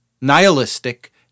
nihilistic